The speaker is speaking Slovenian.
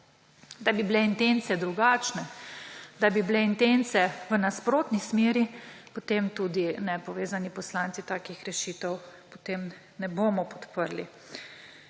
da bi bile intence drugačne, da bi bile intence v nasprotni smeri, potem nepovezani poslanci takih rešitev ne bomo podprli.